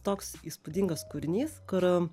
toks įspūdingas kūrinys kur